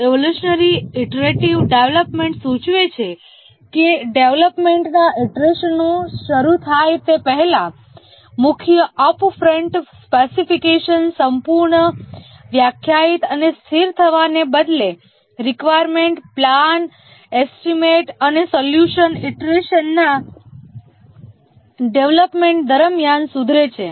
"evolutionary iterative development સૂચવે છે કે ડેવલપમેન્ટના ઇટરેશનો શરૂ થાય તે પહેલાં મુખ્ય અપ ફ્રન્ટ સ્પેસિફિકેશનમાં સંપૂર્ણ વ્યાખ્યાયિત અને સ્થિર થવાને બદલે રિકવાયર્મેન્ટ પ્લાન એસ્ટિમેટ અને સોલ્યૂશન ઇટરેશનના ડેવલપમેન્ટ દરમિયાન સુધરે છે